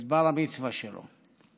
את בר-המצווה שלו.